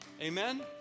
Amen